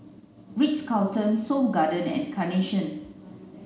Ritz Carlton Seoul Garden and Carnation